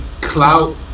clout